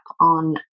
on